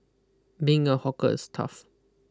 being a hawker is tough